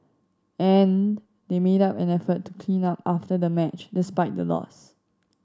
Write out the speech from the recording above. and they made up an effort to clean up after the match despite the loss